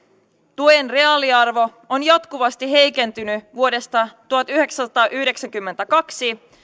tuen reaaliarvo on jatkuvasti heikentynyt vuodesta tuhatyhdeksänsataayhdeksänkymmentäkaksi